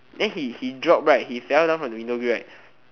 then he he drop right he fell down from he window grill right